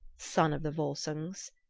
son of the volsungs,